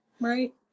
Right